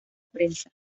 prensa